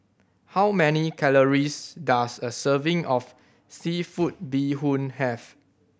how many calories does a serving of seafood bee hoon have